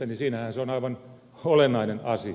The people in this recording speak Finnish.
siinähän se on aivan olennainen asia